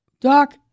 Doc